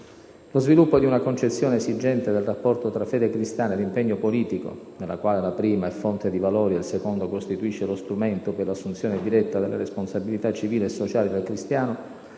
Lo sviluppo di una concezione esigente del rapporto tra fede cristiana ed impegno politico - nella quale la prima è fonte di valori ed il secondo costituisce lo strumento per l'assunzione diretta delle responsabilità civili e sociali del cristiano